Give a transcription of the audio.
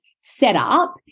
setup